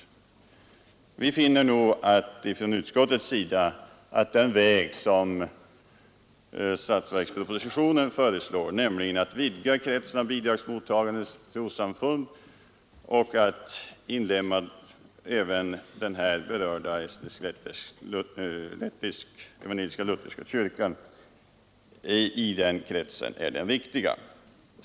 Vi finner nog från utskottets sida att den väg som statsverkspropositionen föreslår, nämligen att vidga kretsen av bidragsmottagande trossamfund och att inlemma även den estniska evangelisk-lutherska kyrkan i den kretsen, är den riktiga.